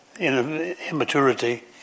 immaturity